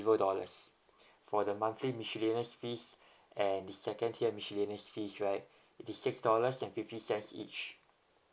zero dollars for the monthly miscellaneous fees and the second tier miscellaneous fees right it is six dollars and fifty cents each